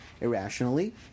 irrationally